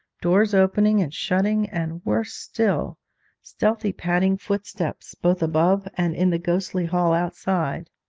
doors opening and shutting, and worse still stealthy padding footsteps, both above and in the ghostly hall outside!